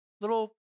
Little